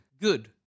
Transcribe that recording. good